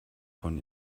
von